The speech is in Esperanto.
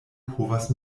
povas